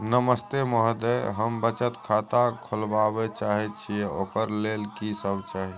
नमस्ते महोदय, हम बचत खाता खोलवाबै चाहे छिये, ओकर लेल की सब चाही?